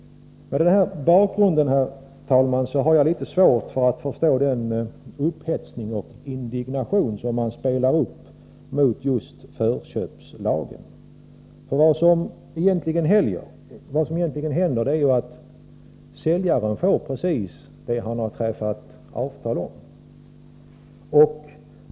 Herr talman! Mot denna bakgrund har jag litet svårt att förstå den upphetsning och indignation som man spelar upp mot just förköpslagen. Vad som egentligen händer är att säljaren får precis det han har träffat avtal om.